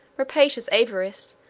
rapacious avarice,